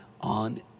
on